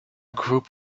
group